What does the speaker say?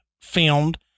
filmed